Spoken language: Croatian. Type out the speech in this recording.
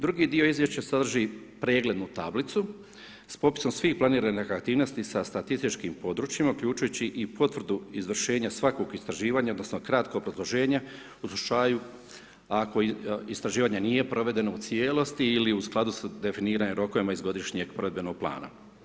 Drugi dio izvješća sadrži preglednu tablicu s popisom svih planiranih aktivnosti sa statističkim područjima uključujući i potvrdu izvršenja svakog istraživanja odnosno kratko obrazloženja u slučaju ako istraživanje nije provedeno u cijelosti ili u skladu s definiranjem rokova iz godišnjeg provedbenog plana.